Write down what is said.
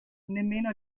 nemmeno